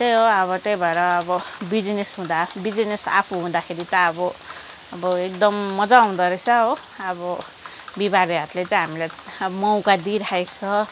त्यही हो अब त्यही भएर अब बिजनेस हुँदा बिजनेस आफू हुँदाखेरि त अब अब एकदम मजा आउँदो रहेछ हो अब बिहिबारे हाटले चाहिँ हामीलाई अब मौका दिइरहेको छ